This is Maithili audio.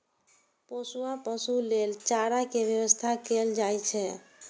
पोसुआ पशु लेल चारा के व्यवस्था कैल जाइ छै